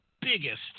biggest